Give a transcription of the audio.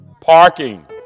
Parking